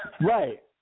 Right